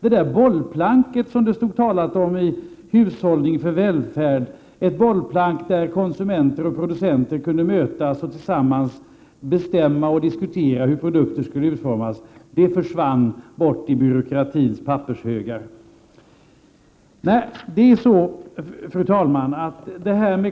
I Hushållning för välfärd stod det om ett bollplank. Det skulle vara ett bollplank där konsumenter och producenter kunde mötas och tillsammans bestämma om och diskutera hur produkter skall utformas. Det försvann i byråkratins pappershögar. Fru talman!